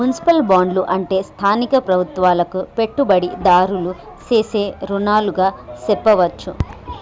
municipal బాండ్లు అంటే స్థానిక ప్రభుత్వాలకు పెట్టుబడిదారులు సేసే రుణాలుగా సెప్పవచ్చు